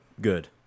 good